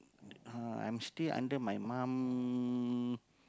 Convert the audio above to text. uh I'm still under my mum